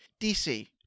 DC